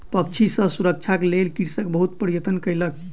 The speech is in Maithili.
पक्षी सॅ सुरक्षाक लेल कृषक बहुत प्रयत्न कयलक